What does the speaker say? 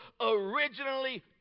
originally